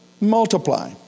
multiply